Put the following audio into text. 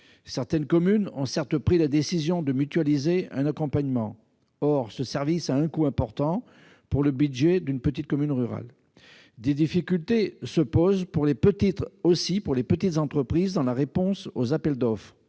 Certaines communes ont certes pris la décision de mutualiser un accompagnement, mais ce service présente un coût élevé pour le budget d'une petite commune rurale. Des difficultés se posent aussi pour les petites entreprises dans la réponse aux appels d'offres.